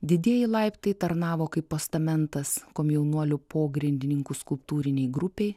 didieji laiptai tarnavo kaip postamentas komjaunuolių pogrindininkų skulptūrinei grupei